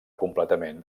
completament